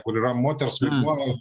kur yra moters vaidmuo